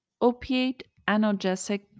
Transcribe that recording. opiate-analgesic